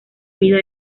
vida